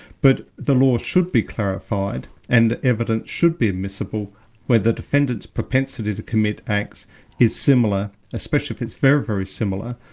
but the law should be clarified, and evidence should be admissible where the defendant's propensity to commit acts is similar, especially if it's very, very similar,